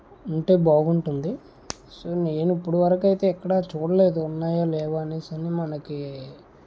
ఉంటే బాగుంటుంది సో నేను ఇప్పటివరకయితే ఎక్కడా చూడలేదు ఉన్నాయా లేవా అనేసని మనకి